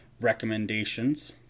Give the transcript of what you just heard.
recommendations